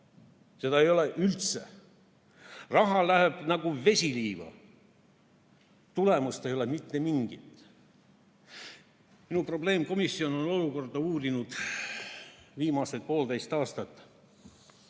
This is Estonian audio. Seda ei ole üldse! Raha kaob nagu vesi liiva. Tulemust ei ole mitte mingit. Minu probleemkomisjon on olukorda uurinud viimased poolteist aastat.